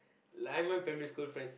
like my primary school friends